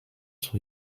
sont